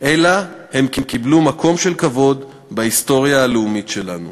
אלא הן קיבלו מקום של כבוד בהיסטוריה הלאומית שלנו.